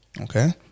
okay